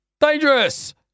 Dangerous